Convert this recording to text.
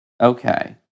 Okay